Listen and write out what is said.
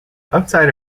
outside